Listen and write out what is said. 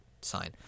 sign